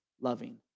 loving